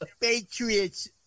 Patriots